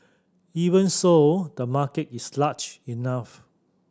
even so the market is large enough